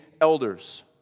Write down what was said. elders